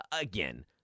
again